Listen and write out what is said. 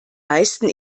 meisten